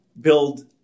build